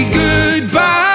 goodbye